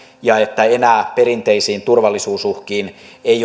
ja että enää perinteisiin turvallisuusuhkiin ei